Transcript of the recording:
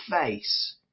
face